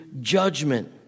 judgment